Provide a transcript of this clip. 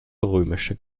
römische